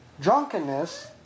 drunkenness